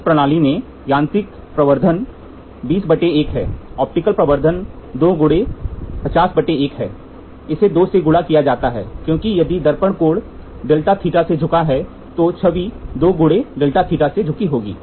हल इस प्रणाली में यांत्रिक प्रवर्धन ऑप्टिकल प्रवर्धन 2 × इसे 2 से गुणा किया जाता है क्योंकि यदि दर्पण कोण δθ से झुका हुआ है तो छवि 2 × δθ से झुकी होगी